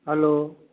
hello